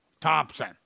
Thompson